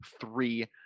three